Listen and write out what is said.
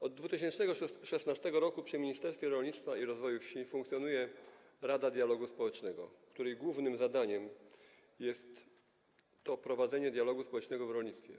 Od 2016 r. przy Ministerstwie Rolnictwa i Rozwoju Wsi funkcjonuje Rada Dialogu Społecznego w Rolnictwie, której głównym zadaniem jest prowadzenie dialogu społecznego w rolnictwie.